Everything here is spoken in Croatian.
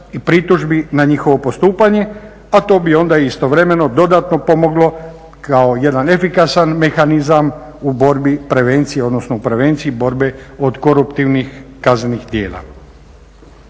i pritužbi na njihovo postupanje, a to bi onda istovremeno dodatno pomoglo kao jedan efikasan mehanizam u borbi prevencije odnosno prevenciji borbe od koruptivnih kaznenih djela.